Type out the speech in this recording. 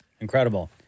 Incredible